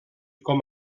com